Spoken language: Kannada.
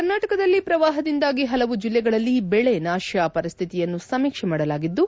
ಕರ್ನಾಟಕದಲ್ಲಿ ಪ್ರವಾಹದಿಂದಾಗಿ ಹಲವು ಜಿಲ್ಲೆಗಳಲ್ಲಿ ಬೆಳೆ ನಾತ ಪರಿಸ್ತಿತಿಯನ್ನು ಸಮೀಕ್ಷೆ ಮಾಡಲಾಗಿದ್ದು